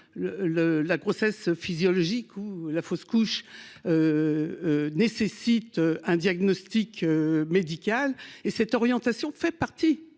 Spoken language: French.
la grossesse physiologique ou la fausse couche nécessite un diagnostic médical. Cette capacité d'orientation fait partie